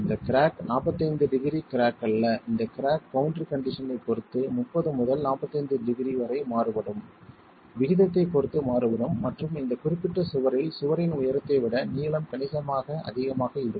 இந்த crack 45 degree crack அல்ல இந்த கிராக் பவுண்டரி கண்டிஷன்னைப் பொறுத்து 30 முதல் 45 டிகிரி வரை மாறுபடும் விகிதத்தைப் பொறுத்து மாறுபடும் மற்றும் இந்த குறிப்பிட்ட சுவரில் சுவரின் உயரத்தை விட நீளம் கணிசமாக அதிகமாக இருக்கும்